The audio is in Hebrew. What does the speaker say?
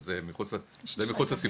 זה מחוץ לסיפור.